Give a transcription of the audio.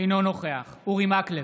אינו נוכח אורי מקלב,